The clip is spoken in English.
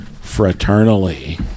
fraternally